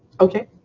okay.